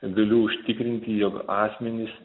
galiu užtikrinti jog asmenys